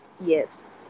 Yes